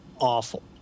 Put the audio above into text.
awful